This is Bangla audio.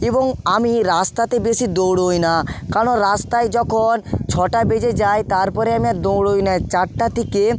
এবং আমি রাস্তাতে বেশি দৌড়ই না কেননা রাস্তায় যখন ছটা বেজে যায় তারপরে আমি আর দৌড়ই না চারটা থেকে